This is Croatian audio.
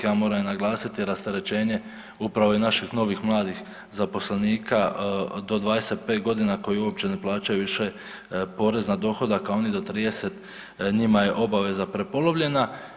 Ja moram naglasiti i rasterećenje upravo i naših novih mladih zaposlenika do 25 godina koji uopće ne plaćaju više porez na dohodak, a oni do 30 njima je obaveza prepolovljena.